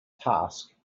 task